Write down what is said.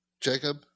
Jacob